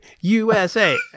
USA